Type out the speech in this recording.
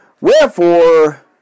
Wherefore